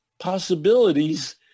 possibilities